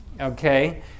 okay